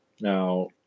Now